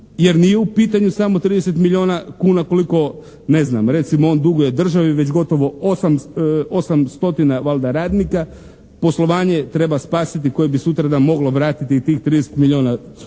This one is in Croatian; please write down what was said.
jer nije u pitanju samo 30 milijuna kuna koliko ne znam, recimo on duguje državi već gotovo 8 stotina radnika. Poslovanje treba spasiti koje bi sutradan moglo vratiti tih 30 milijuna kuna,